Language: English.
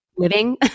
Living